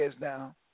now